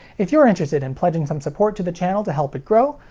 if you're interested in pledging some support to the channel to help it grow,